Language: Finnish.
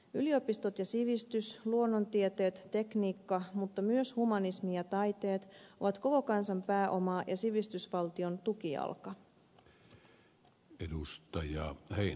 yliopistot ja sivistys luonnontieteet tekniikka mutta myös humanismi ja taiteet ovat koko kansan pääomaa ja sivistysvaltion tukijalka